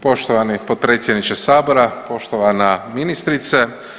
Poštovani potpredsjedniče sabora, poštovana ministrice.